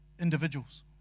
individuals